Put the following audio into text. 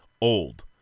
old